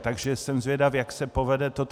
Takže jsem zvědav, jak se povede toto.